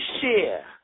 share